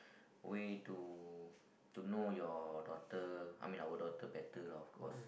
way to to know your daughter I mean our daughter better lah of course